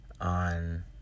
on